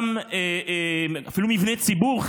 אפילו מבני ציבור,